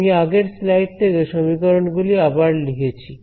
আমি আগের স্লাইড থেকে সমীকরণ গুলি আবার লিখেছি